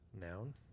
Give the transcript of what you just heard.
Noun